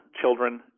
children